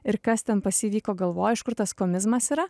ir kas ten pas jį vyko galvoj iš kur tas komizmas yra